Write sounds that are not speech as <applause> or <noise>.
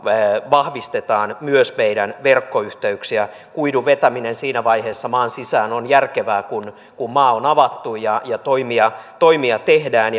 vahvistetaan myös meidän verkkoyhteyksiä kuidun vetäminen maan sisään on järkevää siinä vaiheessa kun maa on avattu ja ja toimia toimia tehdään <unintelligible>